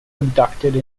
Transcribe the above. abducted